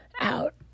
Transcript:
out